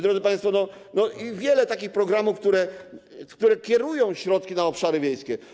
Drodzy państwo, jest wiele takich programów, które kierują środki na obszary wiejskie.